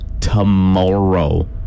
tomorrow